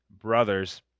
brothers